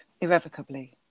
irrevocably